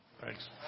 Thanks